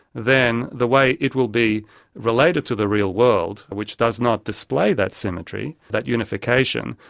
then the way it will be related to the real world, which does not display that symmetry, that unification,